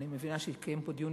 אני מבינה שיתקיים פה דיון.